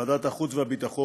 לוועדת החוץ והביטחון